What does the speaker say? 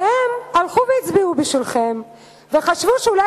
והם הלכו והצביעו בשבילכם וחשבו שאולי